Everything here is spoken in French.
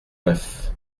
neuf